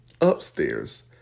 upstairs